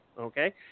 okay